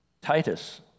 Titus